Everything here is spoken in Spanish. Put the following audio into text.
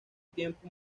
tiempo